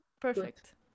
Perfect